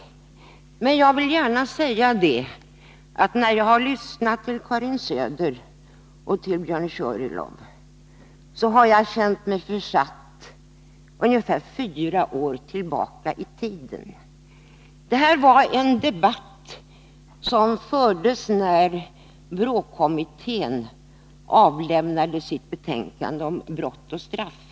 Men jag vill gärna säga att jag, när jag har lyssnat till Karin Söder och Björn Körlof, har känt mig försatt ungefär fyra år tillbaka i tiden. Den här debatten fördes när BRÅ-kommittén avlämnade sitt betänkande om brott och straff.